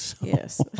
Yes